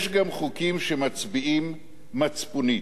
יש גם חוקים שמצביעים מצפונית.